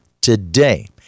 today